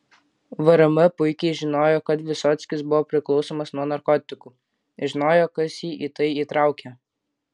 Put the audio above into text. vrm puikiai žinojo kad vysockis buvo priklausomas nuo narkotikų žinojo kas jį į tai įtraukė